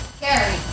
Carrie